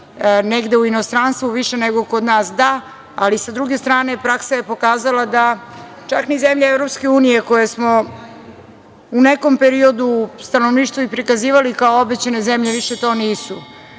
negde u inostranstvu više nego kod nas? Da, ali sa druge strane praksa je pokazala da, čak ni zemlje Evropske unije koje smo u nekom periodu stanovništvo i prikazivali kao obećane zemlje, više to